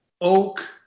oak